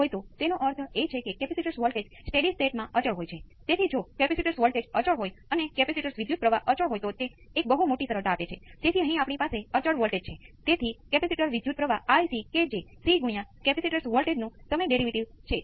હવે બંને રજૂઆતો સ્પષ્ટ રીતે ઉપયોગી કહે છે કે જટિલ સંખ્યાઓ ઉમેરવા માટે આ વધુ અનુકૂળ છે આ જટિલ સંખ્યાઓનો ગુણાકાર કરવા માટે વધુ અનુકૂળ છે